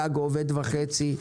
גג עובד וחצי.